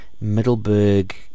Middleburg